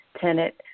tenant